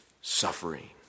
suffering